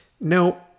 no